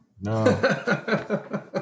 no